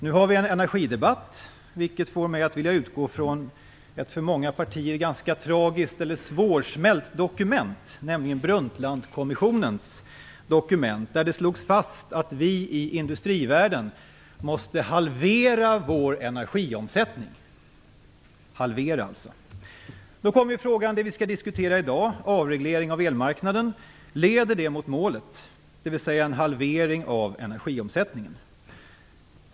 Nu har vi en energidebatt, vilket får mig att vilja utgå från ett för många partier ganska svårsmält dokument, nämligen Brundtlandkommissionens dokument, där det slogs fast att vi i industrivärlden måste halvera vår energiomsättning. Det handlar alltså om en halvering. Då uppkommer frågan om det vi skall diskutera i dag, avreglering av elmarknaden, leder det till målet, dvs. en halvering av energiomsättningen.